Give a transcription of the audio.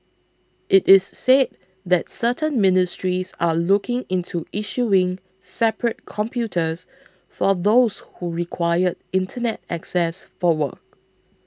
it is said that certain ministries are looking into issuing separate computers for those who require Internet access for work